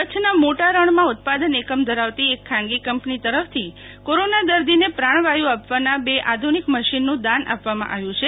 કચ્છના મોટા રણમાં ઉત્પાદન એકમ ધરાવતી એક ખાનગી કંપની તરફ થી કોરોના દર્દી ને પ્રાણવાયુ આપવાના બે આધુનિક મશીન નું દાન આપવામાં આવ્યું છે